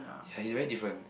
ya he's very different